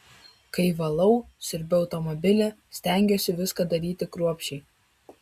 kai valau siurbiu automobilį stengiuosi viską daryti kruopščiai